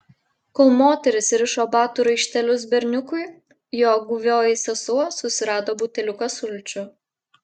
kol moteris rišo batų raištelius berniukui jo guvioji sesuo susirado buteliuką sulčių